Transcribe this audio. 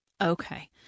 Okay